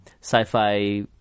sci-fi